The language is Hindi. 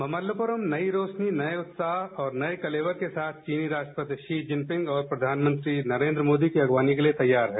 मामल्लप्रम नई रोशनी नए उत्साह और नए कलेवर के साथ चीनी राष्ट्रपति शी चिनकिंग और प्रधानमंत्री नरेन्द्र मोदी की अगवानी के लिए तैयार है